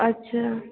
अच्छा